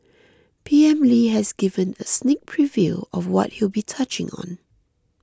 P M Lee has given a sneak preview of what he'll be touching on